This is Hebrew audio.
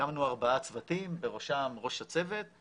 הקמנו ארבעה צוותים, בראשם ראש הצוות,